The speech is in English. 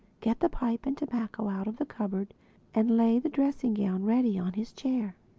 get the pipe and tobacco out of the cupboard and lay the dressing-gown ready on his chair.